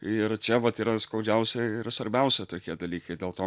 ir čia vat yra skaudžiausia ir svarbiausia tokie dalykai dėl to